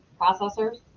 processors